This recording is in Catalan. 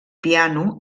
piano